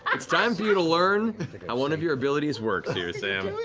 it's time for you to learn how one of your abilities works here, sam.